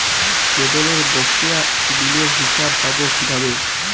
কেবলের বকেয়া বিলের হিসাব পাব কিভাবে?